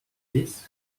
this